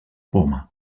poma